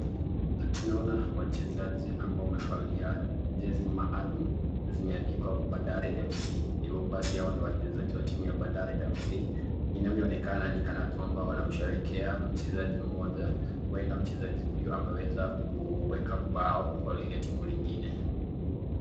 Tunaona wachezaji ambao wamevalia jezi maalum zimeandikwa bandari FC,basi hawa ni wachezaji wa timu ya Bandari FC inavyoonekana ni kana kwamba wanamsherehekea mchezaji moja, huenda mchezaji huyu ameweza kuweka bao kwa lile timu lingine.